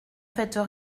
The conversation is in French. faites